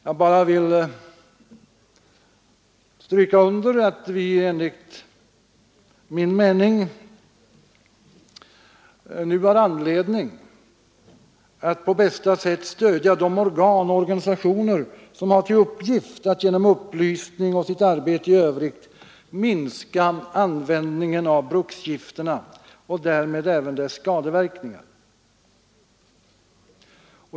Jag vill bara stryka under att vi enligt min mening nu har anledning att på bästa sätt stödja de organ och sammanslutningar som har till uppgift att genom upplysning och arbete i övrigt minska användningen av bruksgifterna och därmed även deras skadeverkningar.